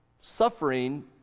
suffering